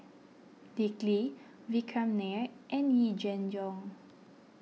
Dick Lee Vikram Nair and Yee Jenn Jong